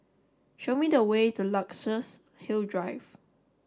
show me the way to Luxus Hill Drive